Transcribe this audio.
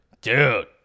Dude